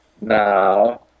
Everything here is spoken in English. now